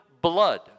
blood